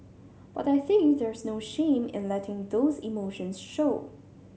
but I think there's no shame in letting those emotions show